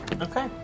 Okay